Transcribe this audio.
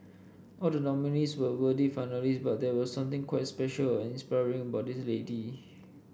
all the nominees were worthy finalists but there was something quite special and inspiring about this lady